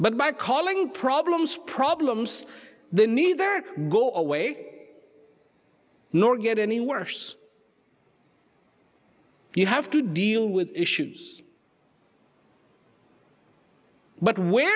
but by calling problems problems they neither go away nor get any worse you have to deal with issues but where